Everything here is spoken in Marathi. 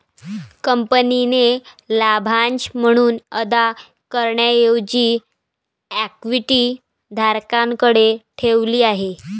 कंपनीने लाभांश म्हणून अदा करण्याऐवजी इक्विटी धारकांकडे ठेवली आहे